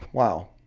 wow,